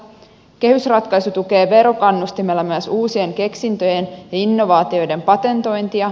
kehysratkaisu tukee verokannustimella myös uusien keksintöjen ja innovaatioiden patentointia